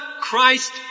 Christ